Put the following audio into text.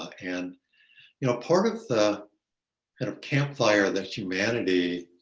and you know, part of the kind of campfire that humanity,